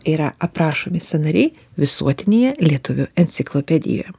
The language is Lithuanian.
yra aprašomi sąnariai visuotinėje lietuvių enciklopedijoje